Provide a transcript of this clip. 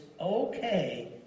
okay